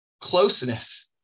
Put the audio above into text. closeness